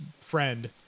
friend